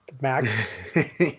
Mac